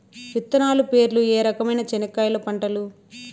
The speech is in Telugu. విత్తనాలు పేర్లు ఏ రకమైన చెనక్కాయలు పంటలు?